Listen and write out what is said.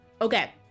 Okay